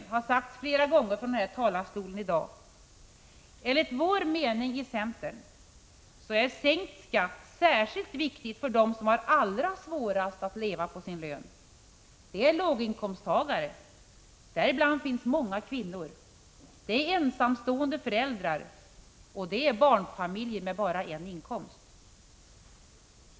Det har sagts flera gånger från denna talarstol i dag. Enligt centerns mening är sänkt skatt särskilt viktigt för dem som har allra svårast att leva på sin lön. Det är låginkomsttagare, däribland finns många kvinnor. Det är ensamstående föräldrar och det är barnfamiljer med bara en inkomst.